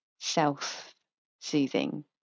self-soothing